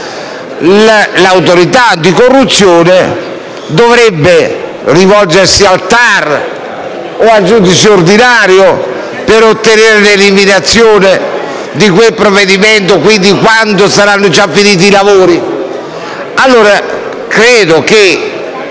L'Autorità anticorruzione dovrebbe rivolgersi al TAR o al giudice ordinario per ottenere l'eliminazione di quel provvedimento, quando saranno già finiti i lavori? Allora, con